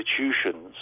institutions